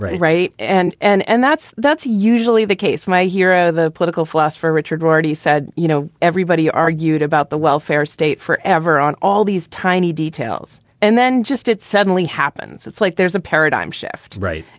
right. right. and and and that's that's usually the case. my hero, the political philosopher richard rati, said, you know, everybody argued about the welfare state forever on all these tiny details. and then just it suddenly happens. it's like there's a paradigm shift. right.